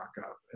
up